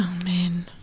Amen